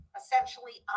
essentially